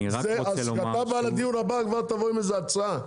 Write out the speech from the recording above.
כשאתה תבוא לדיון הבא, תבואי עם הצעה.